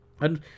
And